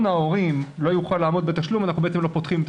ההורים לא יוכל לעמוד בתשלום אנחנו לא פותחים את